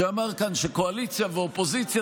שאמר כאן שקואליציה ואופוזיציה,